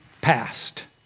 passed